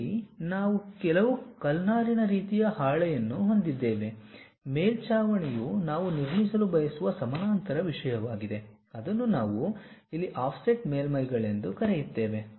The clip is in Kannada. ಇಲ್ಲಿ ನಾವು ಕೆಲವು ಕಲ್ನಾರಿನ ರೀತಿಯ ಹಾಳೆಯನ್ನು ಹೊಂದಿದ್ದೇವೆ ಮೇಲ್ಚಾವಣಿಯು ನಾವು ನಿರ್ಮಿಸಲು ಬಯಸುವ ಸಮಾನಾಂತರ ವಿಷಯವಾಗಿದೆ ಅದನ್ನು ನಾವು ಇಲ್ಲಿ ಆಫ್ಸೆಟ್ ಮೇಲ್ಮೈಗಳೆಂದು ಕರೆಯುತ್ತೇವೆ